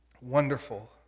wonderful